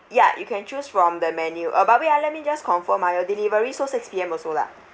ya you can choose from the menu uh but wait ah let me just confirm ah your delivery so six P_M also lah